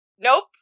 Nope